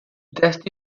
testi